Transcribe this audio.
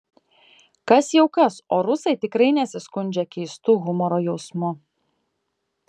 kas jau kas o rusai tikrai nesiskundžia keistu humoro jausmu